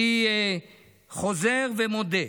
אני חוזר ומודה: